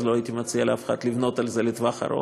אז לא הייתי מציע לאף אחד לבנות על זה לטווח ארוך.